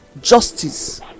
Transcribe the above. justice